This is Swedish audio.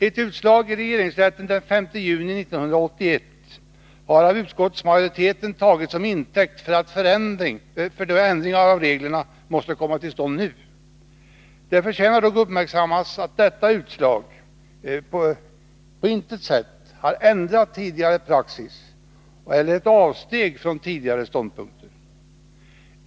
Ett utslag i regeringsrätten den 5 juni 1981 har av utskottsmajoriteten tagits som intäkt för att ändringar av reglerna måste komma till stånd nu. Det förtjänar dock att uppmärksammas att detta utslag på intet sätt har ändrat tidigare praxis eller är ett avsteg från tidigare ståndpunkter.